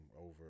over